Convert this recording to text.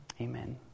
Amen